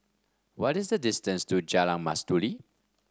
what is the distance to Jalan Mastuli